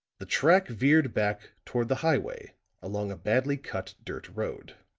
the track veered back toward the highway along a badly cut dirt road.